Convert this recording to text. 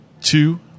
Two